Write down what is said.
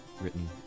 written